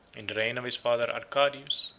in the reign of his father arcadius,